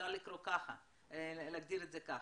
אפשר להגדיר את זה ככה.